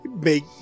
make